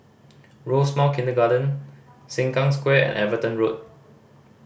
Rosemount Kindergarten Sengkang Square and Everton Road